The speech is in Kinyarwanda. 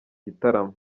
gitaramo